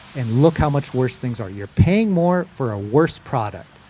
and look how much worse things are. you're paying more for a worse product.